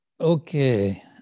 Okay